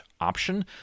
option